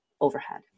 overhead